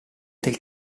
del